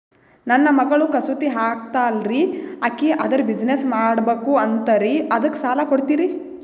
ನನ್ನ ಮಗಳು ಕಸೂತಿ ಹಾಕ್ತಾಲ್ರಿ, ಅಕಿ ಅದರ ಬಿಸಿನೆಸ್ ಮಾಡಬಕು ಅಂತರಿ ಅದಕ್ಕ ಸಾಲ ಕೊಡ್ತೀರ್ರಿ?